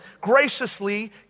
graciously